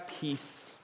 peace